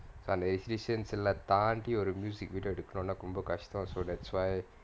so அந்த:antha restrictions lah தான்டி ஒரு:thaandi oru music video எடுகனுன்னா ரொம்ப கஷ்டம்:edukanunnaa romba kashtam so that's why